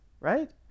right